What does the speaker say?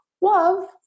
love